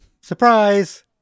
Surprise